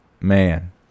Man